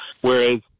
whereas